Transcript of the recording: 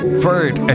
Third